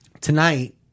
tonight